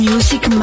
Music